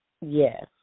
Yes